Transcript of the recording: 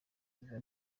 biba